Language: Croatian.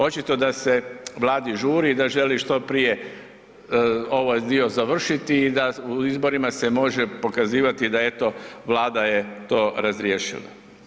Očito da se Vladi žuri, da želi što prije ovaj dio završiti i da u izborima se može pokazivati da eto, Vlada je to razriješila.